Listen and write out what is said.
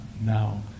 now